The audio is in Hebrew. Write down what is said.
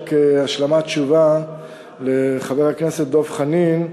רק השלמת תשובה לחבר הכנסת דב חנין: